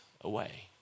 away